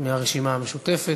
מהרשימה המשותפת.